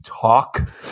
talk